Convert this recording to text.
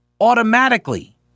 automatically